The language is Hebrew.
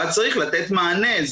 אז צריך לתת מענה.